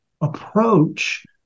approach